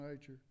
nature